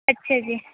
ਅੱਛਾ ਜੀ